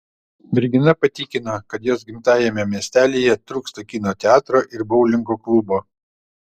mergina patikino kad jos gimtajame miestelyje trūksta kino teatro ir boulingo klubo